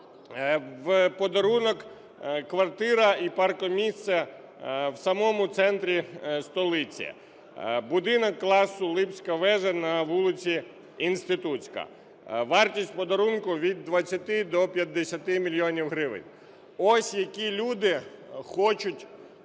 В подарунок квартира і паркомісце в самому центрі столиці. Будинок класу "Липська вежа" на вулиці Інститутська. Вартість подарунку - від 20 до 50 мільйонів гривень. Ось які люди хочуть